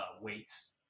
weights